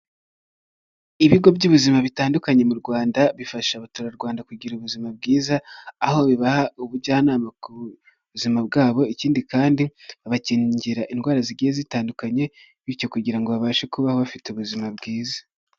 Ibigo by'ubuzima bitandukanye mu Rwanda, bifasha abaturarwanda kugira ubuzima bwiza, aho bibaha ubujyanama ku buzima bwabo ikindi kandi, bakingira indwara zigiye zitandukanye bityo kugira ngo babashe kubaho bafite ubuzima bwiza.